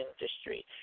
industry